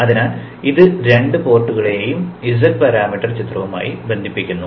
അതിനാൽ ഇത് രണ്ട് പോർട്ടുകളിനെയും z പാരാമീറ്റർ ചിത്രവുമായി യോജിക്കുന്നു